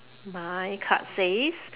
my card says